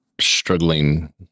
struggling